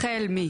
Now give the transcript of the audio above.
החל משתי קומות.